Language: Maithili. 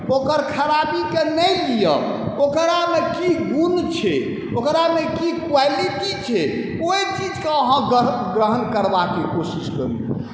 ओकर खराबीके नहि लिअ ओकरामे की गुण छै ओकरामे की क्वालिटी छै ओहि चीजके अहाँ ग्रहण करबाके कोशिश करिऔ